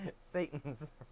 Satan's